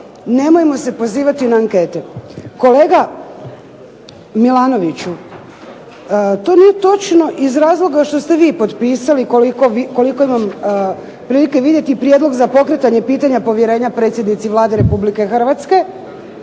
nemojmo se pozivati na ankete." Kolega Milanoviću to nije točno iz razloga što ste vi potpisali koliko imam prilike vidjeti prijedlog za pokretanje pitanja povjerenja predsjednici Vlade Republike Hrvatske,